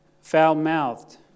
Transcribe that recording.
foul-mouthed